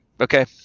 okay